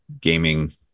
gaming